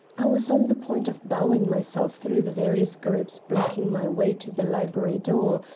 i was on the point of bowing myself through the various groups blocking my way to the library door,